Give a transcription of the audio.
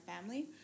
family